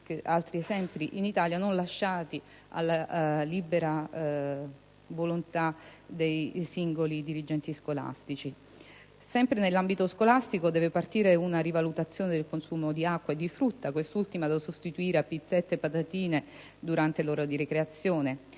del genere in Italia, non lasciati alla volontà dei singoli dirigenti scolastici. Sempre nell'ambito scolastico deve partire una rivalutazione del consumo di acqua e frutta, quest'ultima da sostituire a pizzette e patatine durante la ricreazione.